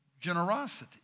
generosity